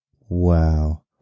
Wow